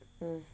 mm